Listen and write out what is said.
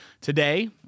today